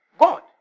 God